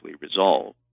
resolve